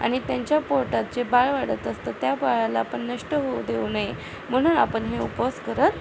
आणि त्यांच्या पोटात जे बाळ वाढत असतं त्या बाळाला आपण नष्ट होऊ देऊ नये म्हणून आपण हे उपवास करत